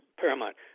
Paramount